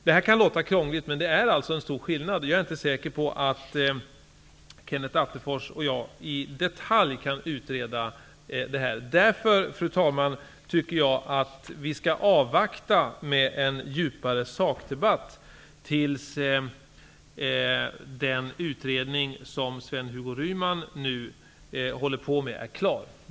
Detta kan låta krångligt, men det är en stor skillnad. Jag är inte säker på att Kenneth Attefors och jag i detalj kan utreda frågan. Jag tycker därför, fru talman, att vi skall avvakta med en djupare sakdebatt till dess den utredning som Sven-Hugo Ryman nu håller på med är klar.